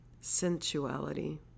sensuality